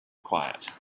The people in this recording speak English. quiet